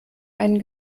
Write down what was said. einen